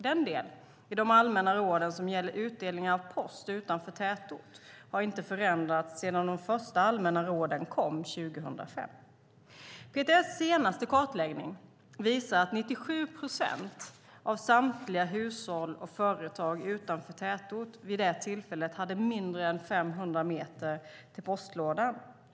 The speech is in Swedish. Den del i de allmänna råden som gäller utdelning av post utanför tätort har inte förändrats sedan de första allmänna råden kom 2005. PTS senaste kartläggning visar att 97 procent av samtliga hushåll och företag utanför tätort vid det tillfället hade mindre än 500 meter till postlådan.